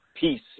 peace